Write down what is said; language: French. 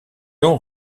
ont